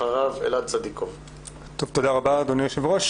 תודה רבה אדוני היושב-ראש.